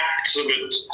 absolute